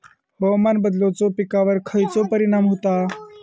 हवामान बदलाचो पिकावर खयचो परिणाम होता?